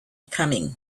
coming